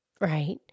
Right